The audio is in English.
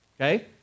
Okay